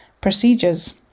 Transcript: procedures